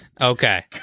Okay